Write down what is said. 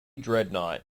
dreadnought